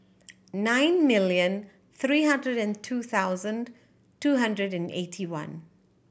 nine million three hundred and two thousand two hundred and eighty one